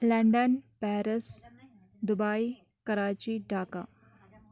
London Paris Dubai Karachi Dhaka